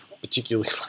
particularly